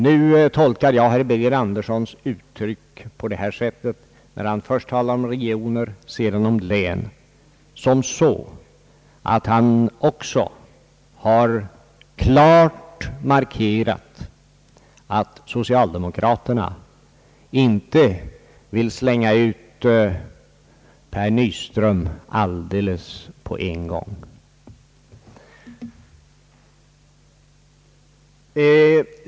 Nu tolkar jag herr Birger Anderssons uttryck — när han först talar om regioner och sedan om län — på det sättet att han också klart har markerat att socialdemokraterna inte vill slänga ut Per Nyström alldeles på en gång.